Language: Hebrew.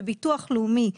בביטוח לאומי,